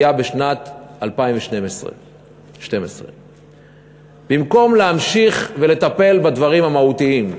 היה בשנת 2012. במקום להמשיך לטפל בדברים המהותיים,